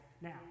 Now